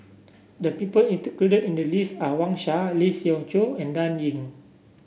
the people in the list are Wang Sha Lee Siew Choh and Dan Ying